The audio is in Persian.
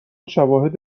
شواهد